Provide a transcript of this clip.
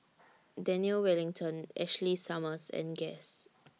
Daniel Wellington Ashley Summers and Guess